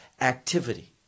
activity